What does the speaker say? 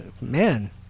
Man